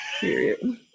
Period